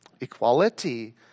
Equality